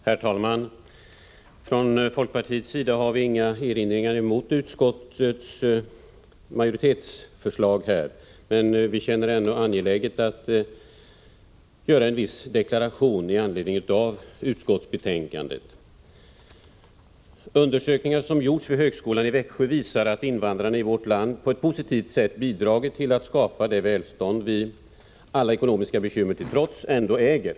Herr talman! Från folkpartiets sida har vi inga erinringar mot utskottsmajoritetens förslag, men jag känner det ändå angeläget att göra en viss deklaration med anledning av utskottets betänkande. Undersökningar som har gjorts vid högskolan i Växjö visar att invandrarna i vårt land på ett positivt sätt har bidragit till att skapa det välstånd som vi, alla ekonomiska bekymmer till trots, ändå äger.